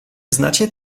znacie